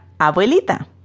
Abuelita